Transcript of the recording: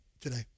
today